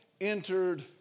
entered